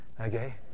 okay